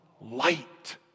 light